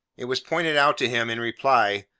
it was pointed out to him, in reply,